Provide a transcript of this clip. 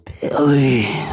Billy